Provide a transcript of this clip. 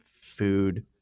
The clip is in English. food